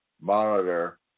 monitor